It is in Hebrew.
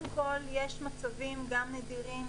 יש מצבים נדירים,